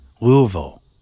Louisville